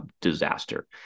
disaster